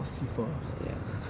ya